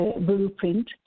Blueprint